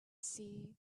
sea